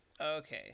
Okay